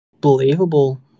Believable